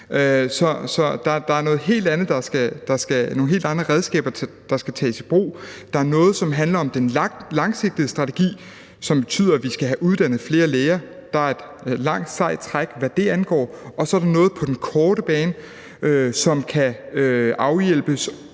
det er nogle helt andre redskaber, der skal tages i brug. Der er noget, som handler om den langsigtede strategi, hvilket betyder, at vi skal have uddannet flere læger. Der er et langt sejt træk, hvad det angår. Så er der noget på den korte bane, som kan afhjælpes